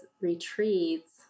retreats